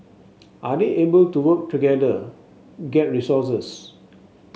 are they able to work together get resources